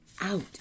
out